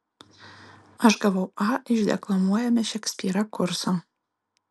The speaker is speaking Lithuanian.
aš gavau a iš deklamuojame šekspyrą kurso